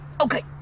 Okay